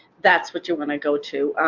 that's what you want to go to.